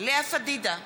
לאה פדידה,